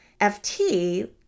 FT